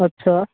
अछा